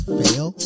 fail